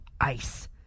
ice